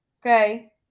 Okay